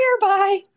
Bye